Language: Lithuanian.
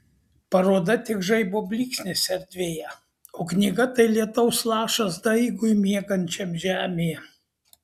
paroda tik žaibo blyksnis erdvėje o knyga tai lietaus lašas daigui miegančiam žemėje